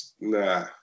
nah